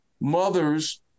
mothers